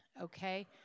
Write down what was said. okay